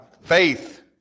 Faith